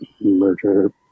murder